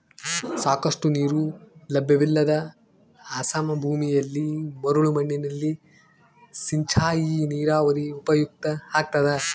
ಸಾಕಷ್ಟು ನೀರು ಲಭ್ಯವಿಲ್ಲದ ಅಸಮ ಭೂಮಿಯಲ್ಲಿ ಮರಳು ಮಣ್ಣಿನಲ್ಲಿ ಸಿಂಚಾಯಿ ನೀರಾವರಿ ಉಪಯುಕ್ತ ಆಗ್ತದ